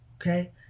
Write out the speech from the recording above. Okay